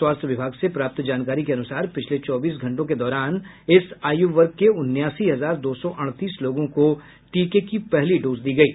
स्वास्थ्य विभाग से प्राप्त जानकारी के अनुसार पिछले चौबीस घंटों के दौरान इस आयु वर्ग के उनासी हजार दो सौ अड़तीस लोगों को टीके की पहली डोज दी गयी